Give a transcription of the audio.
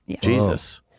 Jesus